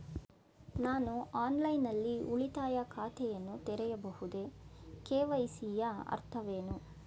ನಾನು ಆನ್ಲೈನ್ ನಲ್ಲಿ ಉಳಿತಾಯ ಖಾತೆಯನ್ನು ತೆರೆಯಬಹುದೇ? ಕೆ.ವೈ.ಸಿ ಯ ಅರ್ಥವೇನು?